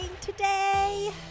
today